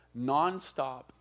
nonstop